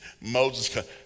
Moses